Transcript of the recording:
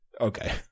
Okay